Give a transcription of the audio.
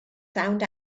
sound